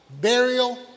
burial